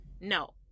No